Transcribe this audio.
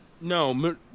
No